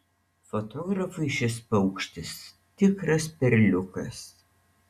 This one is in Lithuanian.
fotografui šis paukštis tikras perliukas